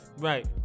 Right